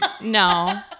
No